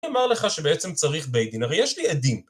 אמר לך שבעצם צריך בית דין, הרי יש לי עדים.